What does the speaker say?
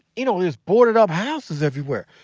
you know, is boarded up houses everywhere.